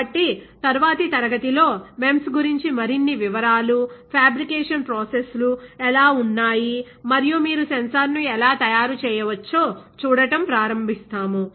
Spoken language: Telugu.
కాబట్టి తరువాతి తరగతిలో MEMS గురించి మరిన్ని వివరాలు ఫ్యాబ్రికేషన్ ప్రాసెస్ లు ఎలా ఉన్నాయి మరియు మీరు సెన్సార్ను ఎలా తయారు చేయవచ్చో చూడటం ప్రారంభిస్తాము